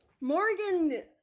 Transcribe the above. Morgan